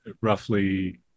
roughly